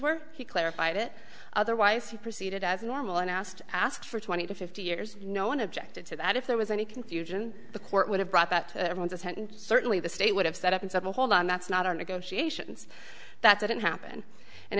were he clarified it otherwise he proceeded as normal and asked ask for twenty to fifty years no one objected to that if there was any confusion the court would have brought that to everyone's attention certainly the state would have set up in such a hold on that's not our negotiations that didn't happen and